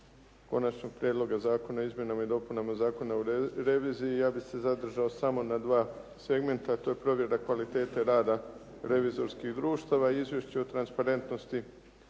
Konačnog prijedloga Zakona o izmjenama i dopunama Zakona o reviziji, ja bih se zadržao samo na dva segmenta, a to je provjera kvalitete rada revizorskih društava i izvješće o transparentnosti